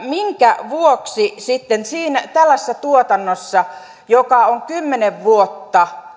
minkä vuoksi sitten tällaisessa tuotannossa joka on kymmenen vuotta